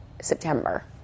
September